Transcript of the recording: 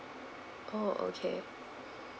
oh okay